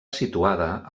situada